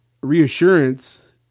reassurance